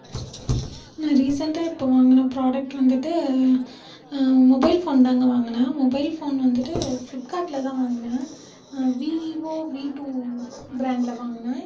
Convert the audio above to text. நான் ரீசன்ட்டாக இப்ப வாங்கின ஃப்ராடக்ட் வந்துட்டு மொபைல் ஃபோன்தாங்க வாங்கினேன் மொபைல் ஃபோன் வந்துட்டு ஃப்ளிப்கார்ட்டில் தான் வாங்கினேன் வீவோ வீ டூ பிராண்டில் வாங்கினேன்